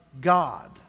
God